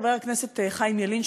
חבר הכנסת חיים ילין,